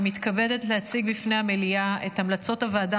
אני מתכבדת להציג בפני המליאה את המלצות הוועדה